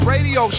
Radio